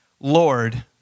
Lord